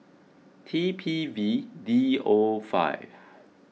T P V D O five